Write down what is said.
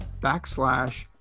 backslash